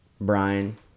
Brian